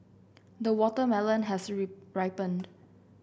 the watermelon has ripened